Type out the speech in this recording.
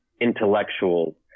intellectuals